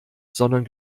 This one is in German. sondern